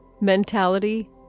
mentality